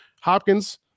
Hopkins